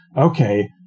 okay